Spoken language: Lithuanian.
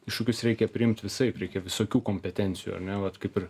iššūkius reikia priimt visaip reikia visokių kompetencijų ar ne vat kaip ir